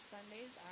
Sundays